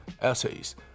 essays